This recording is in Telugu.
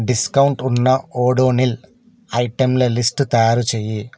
డిస్కౌంట్ ఉన్న ఓడోనిల్ ఐటెంల లిస్టు తయారుచెయ్యి